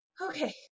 Okay